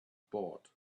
bought